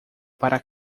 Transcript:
para